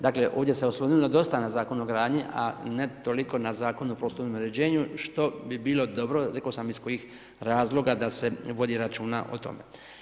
Dakle ovdje se oslonilo dosta na Zakon o gradnji, a ne toliko na Zakon o prostornom uređenju što bi bilo dobro rekao sam iz kojih razloga da se vodi računa o tome.